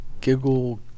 Giggle